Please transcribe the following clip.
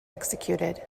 executed